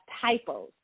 typos